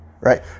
right